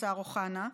השר אוחנה,